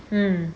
mm